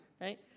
right